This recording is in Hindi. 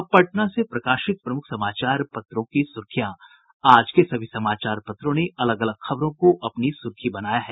और अब पटना से प्रकाशित प्रमुख समाचार पत्रो की सुर्खियां आज के सभी समाचार पत्रों ने अलग अलग खबरों को अपनी सुर्खी बनाया है